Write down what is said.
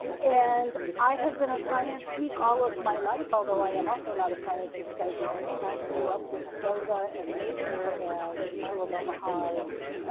and i have been a science geek all of my life, although i am also not a scientist by training. i grew up with nova and nature and mutual of omaha's